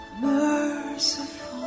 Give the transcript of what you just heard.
merciful